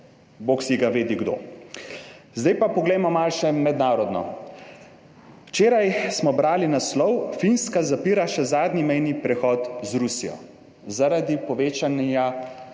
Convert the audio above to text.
bog si ga vedi kdo. Zdaj pa poglejmo malo še mednarodno. Včeraj smo brali naslov: Finska zapira še zadnji mejni prehod z Rusijo zaradi povečanja